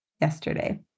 yesterday